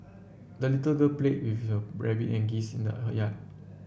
the little girl played with her rabbit and geese in the yard